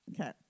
Okay